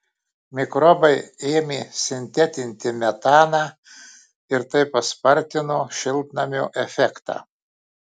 mikrobai ėmė sintetinti metaną ir tai paspartino šiltnamio efektą